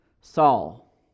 Saul